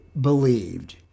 believed